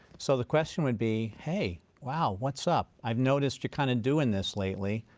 so the question would be hey, wow, what's up? i've noticed you kind of doing this lately.